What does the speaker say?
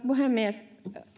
puhemies